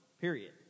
period